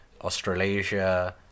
Australasia